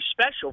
special